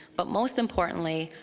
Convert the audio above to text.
but most importantly,